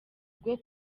bwo